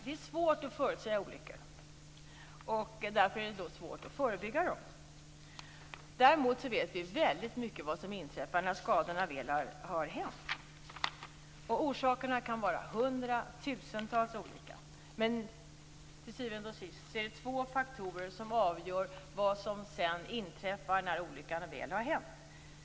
Det är svårt att förutsäga olyckor och därför är det svårt att förebygga dem. Däremot vet vi väldigt mycket om vad som inträffar när skadorna väl har uppstått. Orsakerna kan vara tusentals olika. Men till syvende och sist är det två faktorer som avgör vad som inträffar när olyckan väl har hänt.